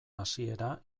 hasiera